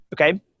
Okay